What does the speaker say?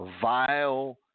vile